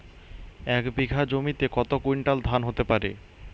এক বিঘা জমিতে কত কুইন্টাল ধান হতে পারে?